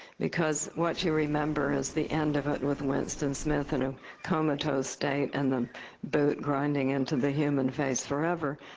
because what you remember is the end of it, and with winston smith in a comatose state, and the boot grinding into the human face forever.